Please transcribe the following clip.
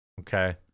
Okay